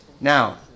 Now